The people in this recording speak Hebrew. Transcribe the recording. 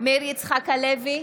מאיר יצחק הלוי,